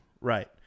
Right